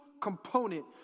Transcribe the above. component